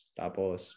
tapos